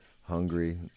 hungry